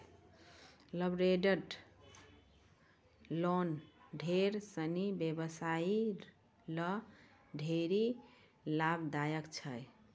leveraged loan ढेर सिनी व्यवसायी ल ढेरी लाभदायक छै